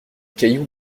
cailloux